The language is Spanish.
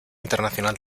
internacional